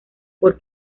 por